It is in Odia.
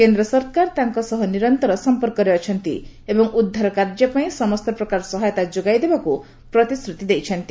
କେନ୍ଦ୍ର ସରକାର ତାଙ୍କ ସହ ନିରନ୍ତର ସମ୍ପର୍କରେ ଅଛନ୍ତି ଏବଂ ଉଦ୍ଧାର କାର୍ଯ୍ୟ ପାଇଁ ସମସ୍ତ ପ୍ରକାର ସହାୟତା ଯୋଗାଇ ଦେବାପାଇଁ ପ୍ରତିଶ୍ରତି ଦେଇଛନ୍ତି